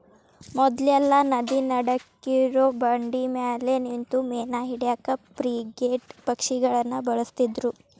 ಮೊದ್ಲೆಲ್ಲಾ ನದಿ ನಡಕ್ಕಿರೋ ಬಂಡಿಮ್ಯಾಲೆ ನಿಂತು ಮೇನಾ ಹಿಡ್ಯಾಕ ಫ್ರಿಗೇಟ್ ಪಕ್ಷಿಗಳನ್ನ ಬಳಸ್ತಿದ್ರು